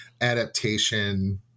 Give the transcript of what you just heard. adaptation